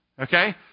okay